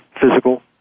physical